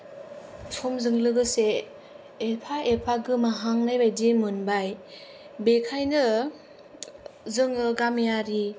समजों लोगोसे एफा एफा गोमाहांनाय बादि मोनबाय बेखायनो जोङो गामियारि